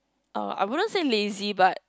uh I wouldn't say lazy but